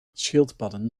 schildpadden